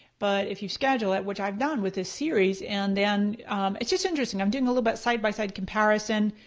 but if you schedule it, which i've done with this series. and and it's just interesting. i'm doing a little bit of side by side comparison,